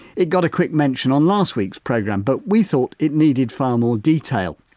it got a quick mention on last week's programme but we thought it needed far more detail.